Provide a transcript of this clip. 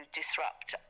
disrupt